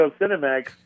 Cinemax